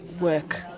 work